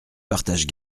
partage